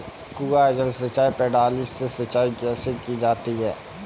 कुआँ जल सिंचाई प्रणाली से सिंचाई कैसे की जाती है?